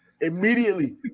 Immediately